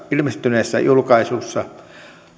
ilmestyneessä julkaisussa